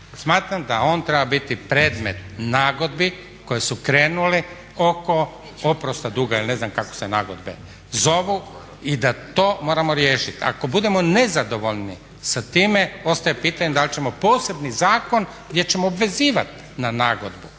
Smatram da on treba biti predmet nagodbi koje su krenule oko oprosta duga ili ne znam kako se nagodbe zovu i da to moramo riješiti. Ako budemo nezadovoljni sa time ostaje pitanje da li ćemo posebni zakon gdje ćemo obvezivati na nagodbu,